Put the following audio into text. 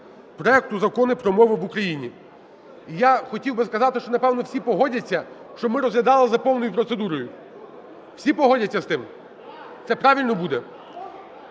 проекту Закону про мови в Україні. Я хотів би сказати, що напевне всі погодяться, щоб ми розглядали за повною процедурою. Всі погодяться з тим? Це правильно буде?